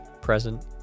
present